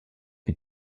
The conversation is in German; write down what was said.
mit